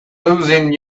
losing